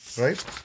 right